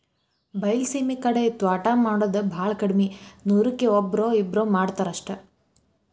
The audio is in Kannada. ಬೈಲಸೇಮಿ ಕಡೆ ತ್ವಾಟಾ ಮಾಡುದ ಬಾಳ ಕಡ್ಮಿ ನೂರಕ್ಕ ಒಬ್ಬ್ರೋ ಇಬ್ಬ್ರೋ ಮಾಡತಾರ ಅಷ್ಟ